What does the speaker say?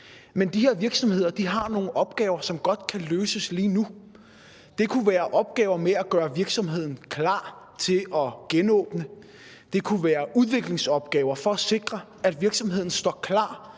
Men de her virksomheder har nogle opgaver, som godt kan løses lige nu. Det kunne være opgaver med at gøre virksomheden klar til at genåbne. Det kunne være udviklingsopgaver for at sikre, at virksomheden står klar